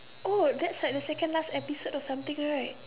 oh that's like the second last episode or something right